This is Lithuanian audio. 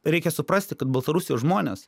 reikia suprasti kad baltarusijos žmonės